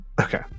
Okay